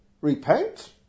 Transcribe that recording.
repent